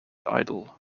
idle